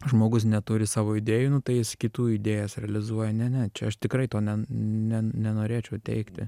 žmogus neturi savo idėjų nu tai jis kitų idėjas realizuoja ne ne čia aš tikrai to nen ne nenorėčiau teigti